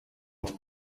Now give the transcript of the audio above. els